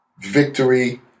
victory